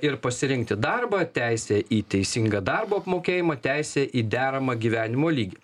ir pasirinkti darbą teise į teisingą darbo apmokėjimą teise į deramą gyvenimo lygį